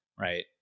Right